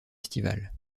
estivale